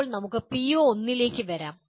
ഇപ്പോൾ നമുക്ക് PO1 ലേക്ക് വരാം